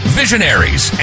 visionaries